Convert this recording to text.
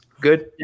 good